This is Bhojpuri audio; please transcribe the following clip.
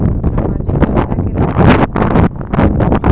सामाजिक योजना क लाभान्वित खातिर ऑनलाइन कईसे होई?